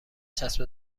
چسب